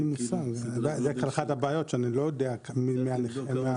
אני לא יודע לגבי בעלי המוגבלויות.